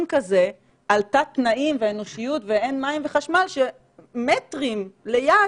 כזה על תת-תנאים ואנושיות ועל אין מים וחשמל כשמטרים ליד